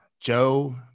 Joe